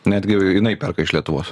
netgi jinai perka iš lietuvos